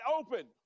open